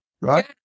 right